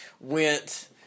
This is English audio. went